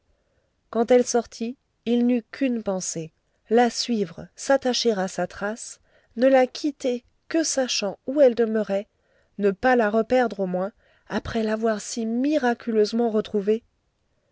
quand elle sortit il n'eut qu'une pensée la suivre s'attacher à sa trace ne la quitter que sachant où elle demeurait ne pas la reperdre au moins après l'avoir si miraculeusement retrouvée